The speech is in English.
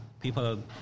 people